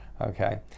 okay